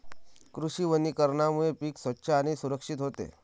कृषी वनीकरणामुळे पीक स्वच्छ आणि सुरक्षित होते